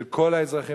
של כל האזרחים,